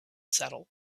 saddle